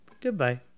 Goodbye